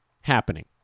happening